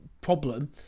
problem